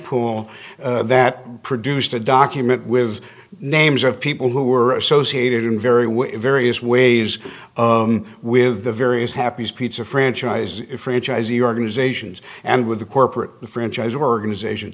pool that produced a document with names of people who were associated in very with various ways of with the various happy's pizza franchise franchisee organizations and with the corporate the franchise organization